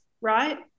right